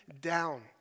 down